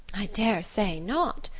i daresay not!